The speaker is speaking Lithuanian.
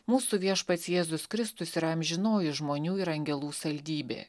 mūsų viešpats jėzus kristus yra amžinoji žmonių ir angelų saldybė